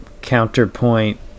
counterpoint